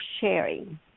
sharing